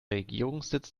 regierungssitz